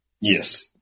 Yes